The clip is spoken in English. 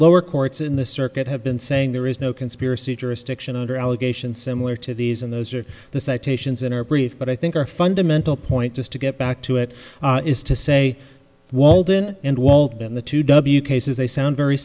lower courts in the circuit have been saying there is no conspiracy jurisdiction under allegations similar to these and those are the citations in our brief but i think our fundamental point just to get back to it is to say walden and walt and the two w cases they sound very